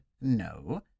No